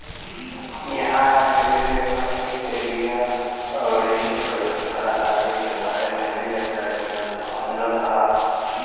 इहां राष्ट्रीय रेशम कीट के बिया अउरी प्रयोगशाला आदि के बारे में भी जानकारी मिलत ह